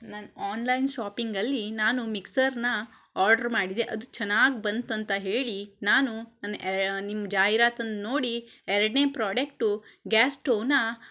ನಾನು ಆನ್ಲೈನ್ ಶಾಪಿಂಗಲ್ಲಿ ನಾನು ಮಿಕ್ಸರ್ ನ ಆರ್ಡರ್ ಮಾಡಿದೆ ಅದು ಚೆನ್ನಾಗಿ ಬಂತಂತ ಹೇಳಿ ನಾನು ನಿಮ್ಮ ಜಾಹೀರಾತನ್ನ ನೋಡಿ ಎರಡನೇ ಪ್ರಾಡಕ್ಟು ಗ್ಯಾಸ್ ಸ್ಟವ್ನ